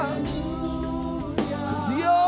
Hallelujah